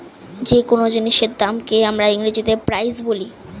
যে কোন জিনিসের দামকে আমরা ইংরেজিতে প্রাইস বলি